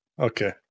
okay